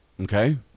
Okay